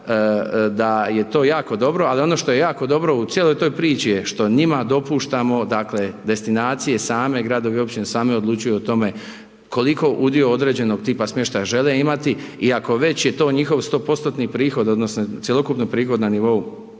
da je to jako dobro, ali ono što je jako dobro u cijeloj toj priči je što njima dopuštamo, dakle, destinacije same, gradovi i općine same odlučuju o tome koliko udio određenog tipa smještaja žele imati i ako već to je njihov 100%-tni prihod odnosno cjelokupni prihod na nivou